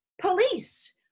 police